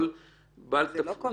כל בעל תפקיד --- זה לא כל פקיד,